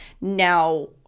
Now